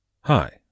Hi